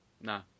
No